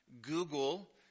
Google